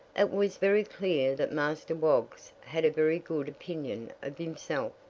it was very clear that master woggs had a very good opinion of himself.